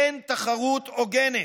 אין תחרות הוגנת,